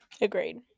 Agreed